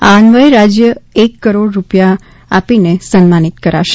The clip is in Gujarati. એ અન્વયે રાજ્ય એક કરોડ રૂપિયા આપી સન્માન કરાશે